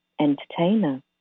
entertainer